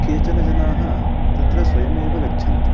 केचन जनाः तत्र स्वयम् एव गच्छन्ति